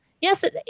Yes